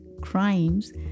crimes